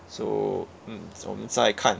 so mm so 我们再看